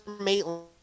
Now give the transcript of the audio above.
Maitland